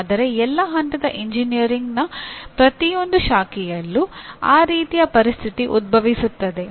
ಆದರೆ ಎಲ್ಲಾ ಹಂತದ ಎಂಜಿನಿಯರಿಂಗ್ನ ಪ್ರತಿಯೊಂದು ಶಾಖೆಯಲ್ಲೂ ಆ ರೀತಿಯ ಪರಿಸ್ಥಿತಿ ಉದ್ಭವಿಸುತ್ತದೆ